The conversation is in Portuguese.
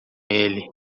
ele